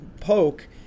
poke